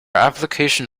application